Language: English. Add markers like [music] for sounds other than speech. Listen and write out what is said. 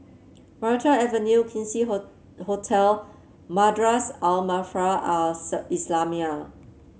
Maranta Avenue Quincy [unintelligible] Hotel Madrasah Al Maarif Al [unintelligible] Islamiah